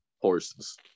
horses